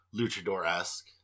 Luchador-esque